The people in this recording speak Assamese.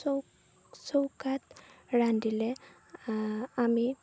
চৌ চৌকাত ৰান্ধিলে আমি